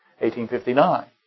1859